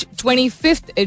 25th